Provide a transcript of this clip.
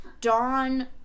dawn